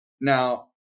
Now